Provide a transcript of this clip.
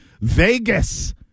Vegas